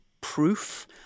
proof